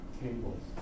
tables